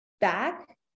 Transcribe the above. back